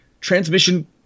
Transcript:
Transmission